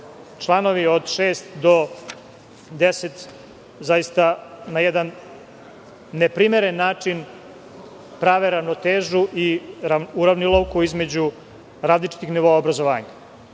članovi od 6. do 10. zaista na jedan neprimeren način prave ravnotežu i uravnilovku između različitih nivoa obrazovanja.